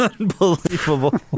Unbelievable